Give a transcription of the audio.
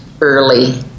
early